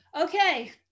Okay